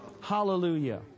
Hallelujah